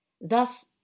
Thus